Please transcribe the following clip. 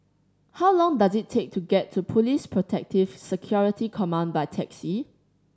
how long does it take to get to Police Protective Security Command by taxi